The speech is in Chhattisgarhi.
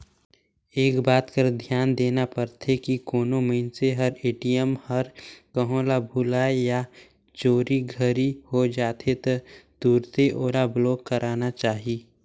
एक बात कर धियान देना परथे की कोनो मइनसे हर ए.टी.एम हर कहों ल भूलाए या चोरी घरी होए जाथे त तुरते ओला ब्लॉक कराना चाही